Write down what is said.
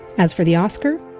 as for the oscar,